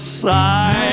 side